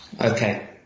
Okay